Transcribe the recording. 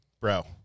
Bro